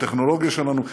בטכנולוגיה שלנו,